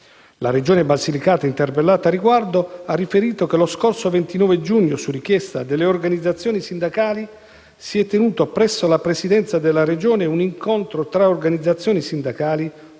La Regione Basilicata, interpellata al riguardo, ha riferito che lo scorso 29 giugno, su richiesta delle organizzazioni sindacali, si è tenuto, presso la presidenza della Regione, un incontro tra organizzazioni sindacali,